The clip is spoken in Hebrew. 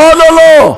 נכון או לא?